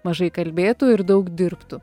mažai kalbėtų ir daug dirbtų